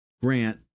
Grant